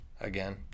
Again